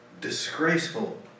disgraceful